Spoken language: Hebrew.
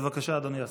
בבקשה, אדוני השר.